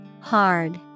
Hard